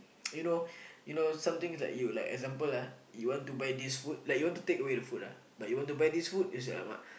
you know something like you for example you want to buy this food you want to take away this food like you want to buy this food you say how much